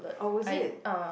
oh was it